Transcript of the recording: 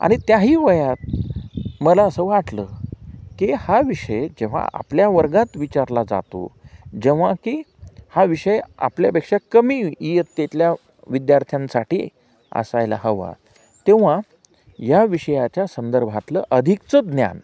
आणि त्याही वयात मला असं वाटलं की हा विषय जेव्हा आपल्या वर्गात विचारला जातो जेव्हा की हा विषय आपल्यापेक्षा कमी इयत्तेतल्या विद्यार्थ्यांसाठी असायला हवा तेव्हा या विषयाच्या संदर्भातलं अधिकचं ज्ञान